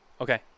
Okay